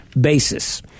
basis